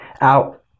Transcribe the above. out